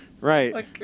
Right